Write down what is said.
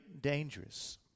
dangerous